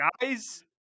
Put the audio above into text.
guys